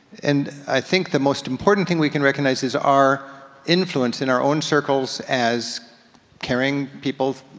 and i think the most important thing we can recognize is our influence in our own circles as caring people,